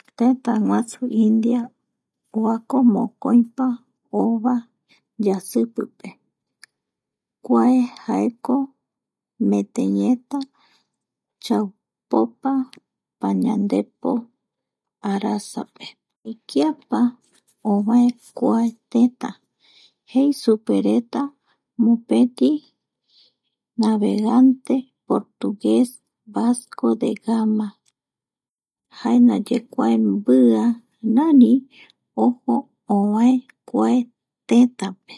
Tetaguasu india oako mokoipa ova yasipipe kuae jaeko metei eta chaupopa pañandepo arasape kiapa ovae kua teta jei supereta navegante portugues fausto de gama jae ndaye kua mbiarari ojo ovae kua tetape